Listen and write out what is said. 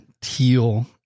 Teal